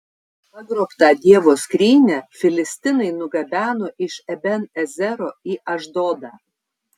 pagrobtą dievo skrynią filistinai nugabeno iš eben ezero į ašdodą